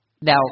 Now